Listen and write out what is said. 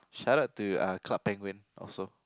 shoutout to uh Club Penguin also